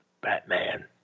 Batman